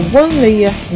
one-layer